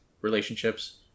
relationships